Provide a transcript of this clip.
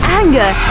anger